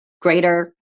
greater